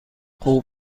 خوب